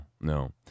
no